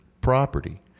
property